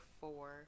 four